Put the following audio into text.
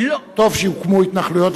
טוב שהוקמו התנחלויות,